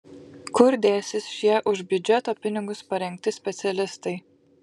kur dėsis šie už biudžeto pinigus parengti specialistai